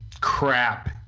crap